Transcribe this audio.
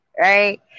right